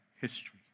history